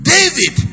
David